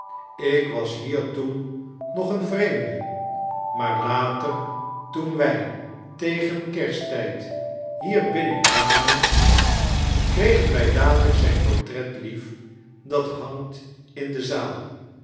ik was hier toen nog een vreemde maar later toen wij tegen kersttijd hier binnen kwamen kregen wij dadtelijk sijia portret lief dat hangt in de zaal